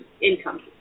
income